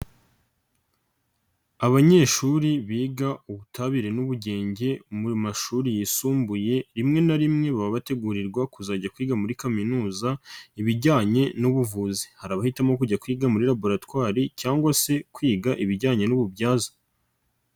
Abanyeshuri biga Ubutabire n'Ubugenge mu mashuri yisumbuye rimwe na rimwe baba bategurirwa kuzajya kwiga muri kaminuza ibijyanye n'ubuvuzi, hari abahitamo kujya kwiga muri laboratwari cyangwa se kwiga ibijyanye n'ububyaza.